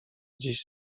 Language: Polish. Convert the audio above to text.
gdzieś